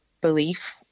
belief